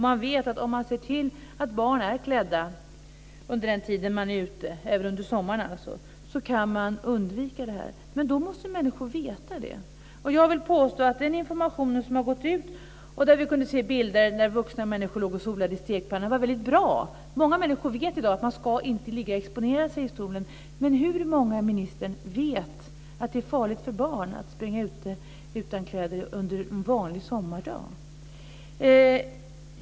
Man vet att om barn är klädda under den tid de är ute, även under sommaren alltså, kan man undvika detta. Men då måste människor veta det. Den information som har gått ut där vi kunde se bilder där vuxna människor låg och solade i stekpannan var väldigt bra. Många människor vet i dag att man inte ska ligga och exponera sig i solen. Men hur många vet att det är farligt för barn att springa ute utan kläder en vanlig sommardag?